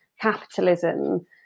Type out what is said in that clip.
capitalism